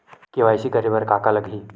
KYC करे बर का का लगही?